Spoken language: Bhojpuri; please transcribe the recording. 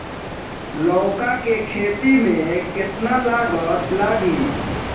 लौका के खेती में केतना लागत लागी?